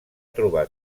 trobar